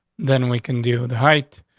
then we can do the height.